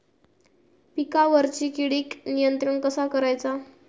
पिकावरची किडीक नियंत्रण कसा करायचा?